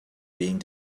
being